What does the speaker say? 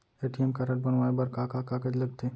ATM card बनवाये बर का का कागज लगथे?